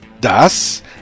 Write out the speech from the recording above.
Das